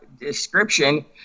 description